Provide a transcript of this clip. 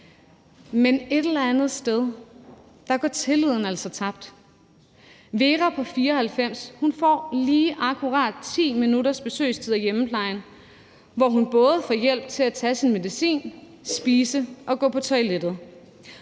Men et eller andet sted går tilliden altså tabt. Vera på 94 år får lige akkurat 10 minutters besøgstid af hjemmeplejen, hvor hun både får hjælp til at tage sin medicin, spise og gå på toilettet.